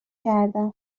کردم